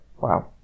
Wow